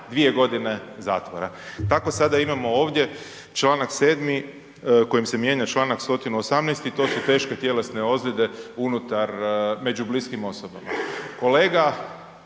2 godine zatvora. Tako sada imamo ovdje čl. 7. kojim se mijenja čl. 118., to su teške tjelesne ozlijede unutar, među bliskim osobama.